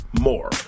more